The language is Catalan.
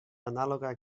anàloga